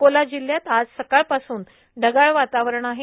अकोला जिल्ह्यात आज सकाळपासून ढगाळ वातावरण आहे